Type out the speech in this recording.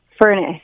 furnace